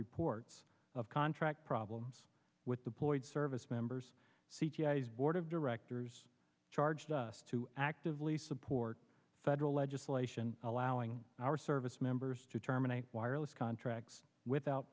reports of contract problems with the point service members c g i his board of directors charged us to actively support federal legislation allowing our service members to terminate wireless contracts without